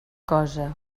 cosa